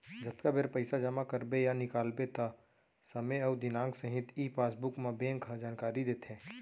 जतका बेर पइसा जमा करबे या निकालबे त समे अउ दिनांक सहित ई पासबुक म बेंक ह जानकारी देथे